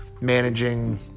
managing